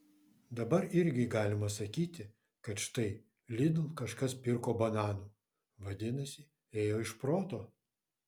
dabar irgi galima sakyti kad štai lidl kažkas pirko bananų vadinasi ėjo iš proto